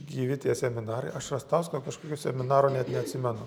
gyvi tie seminarai aš rastausko kažkokio seminaro net neatsimenu